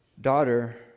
daughter